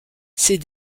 ces